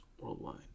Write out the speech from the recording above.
worldwide